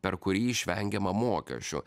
per kurį išvengiama mokesčių